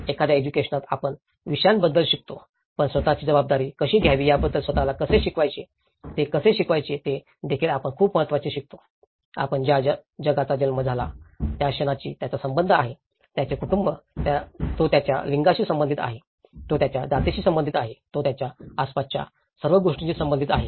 एखाद्या एज्युकेशनात आपण विषयांबद्दल शिकवतो पण स्वत ची जबाबदारी कशी घ्यावी याबद्दल स्वत ला कसे शिकवायचे हे कसे शिकवायचे हे देखील आपण खूप महत्त्वाचे शिकवितो आपण ज्या जगाचा जन्म झाला त्या क्षणाचाही त्याचा संबंध आहे त्याचे कुटुंब तो त्याच्या लिंगाशी संबंधित आहे तो त्याच्या जातीशी संबंधित आहे तो त्याच्या आसपासच्याशी संबंधित आहे